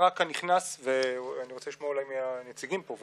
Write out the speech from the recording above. הדבר, וגם שם יש אנשים שמאוד מאוד זקוקים לסיוע.